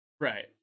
Right